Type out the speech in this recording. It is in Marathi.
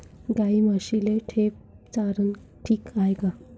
गाई म्हशीले ढेप चारनं ठीक हाये का?